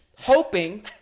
hoping